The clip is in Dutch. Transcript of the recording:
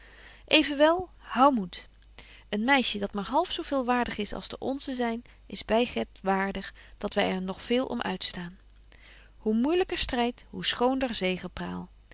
evenwel hou moed een meisje dat maar half zo veel waardig is als de onzen zyn is byget waardig dat wy er nog veel om uitstaan hoe moeilyker stryd hoe schoonder